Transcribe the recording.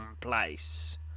place